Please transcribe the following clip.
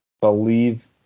believe